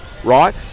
right